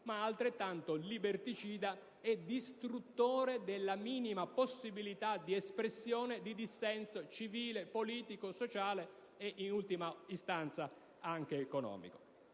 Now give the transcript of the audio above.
ma altrettanto liberticida e distruttore della minima possibilità di espressione di dissenso civile, politico, sociale e, in ultima istanza, anche economico.